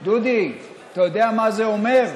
דודי, אתה יודע מה זה אומר?